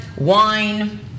wine